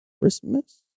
Christmas